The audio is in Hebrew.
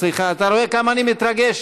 אתה רואה כמה אני מתרגש?